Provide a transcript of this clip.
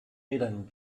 eran